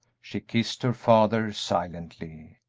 she kissed her father silently.